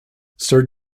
sir